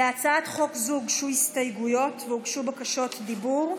להצעת חוק זו הוגשו הסתייגויות והוגשו בקשות דיבור.